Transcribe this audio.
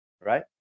right